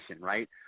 right